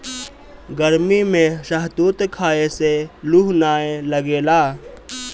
गरमी में शहतूत खाए से लूह नाइ लागेला